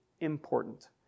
important